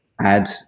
add